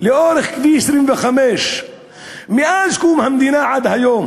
לאורך כביש 25 מאז קום המדינה עד היום